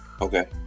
Okay